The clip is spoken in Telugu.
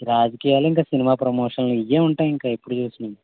ఈ రాజకీయాలు ఇంకా సినిమా ప్రమోషన్లు ఇవే ఉంటాయింక ఎప్పుడు చూసినా